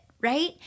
Right